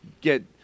get